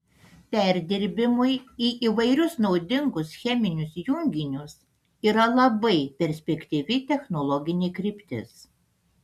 perdirbimui į įvairius naudingus cheminius junginius yra labai perspektyvi technologinė kryptis